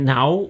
now